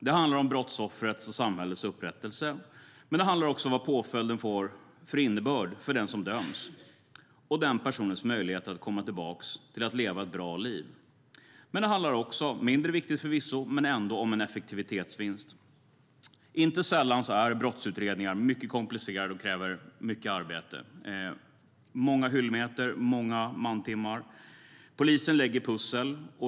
Det handlar om brottsoffrets och samhällets upprättelse. Det handlar också om vad påföljden får för innebörd för den som döms och den personens möjlighet att komma tillbaka och leva ett bra liv. Det handlar även, mindre viktigt förvisso men ändå, om en effektivitetsvinst. Inte sällan är brottsutredningar komplicerade och kräver mycket arbete. Det blir många hyllmeter och många mantimmar när polisen lägger pussel.